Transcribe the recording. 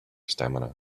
stamina